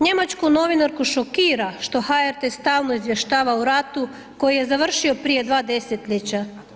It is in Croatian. Njemačku novinarku šokira što HRT stalno izvještava o ratu koji je završio prije dva desetljeća.